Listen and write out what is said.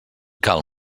cal